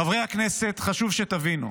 חברי הכנסת, חשוב שתבינו,